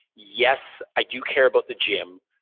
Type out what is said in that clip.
yes, i do care about the gym.